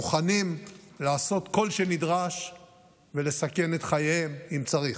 מוכנים לעשות כל שנדרש ולסכן את חייהם, אם צריך.